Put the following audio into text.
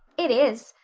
it is,